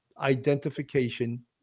identification